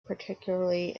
particularly